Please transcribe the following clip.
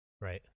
right